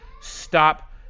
Stop